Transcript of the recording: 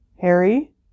harry